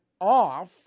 off